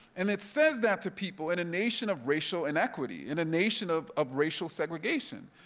and it says that to people in a nation of racial inequity, in a nation of of racial segregation.